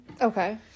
Okay